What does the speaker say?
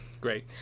Great